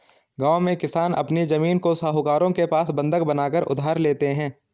गांव में किसान अपनी जमीन को साहूकारों के पास बंधक बनाकर उधार लेते हैं